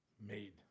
made